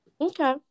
Okay